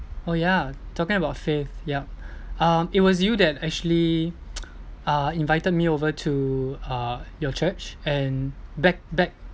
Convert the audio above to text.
oh yeah talking about faith yup um it was you that actually uh invited me over to uh your church and back back